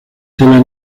tela